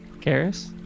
Karis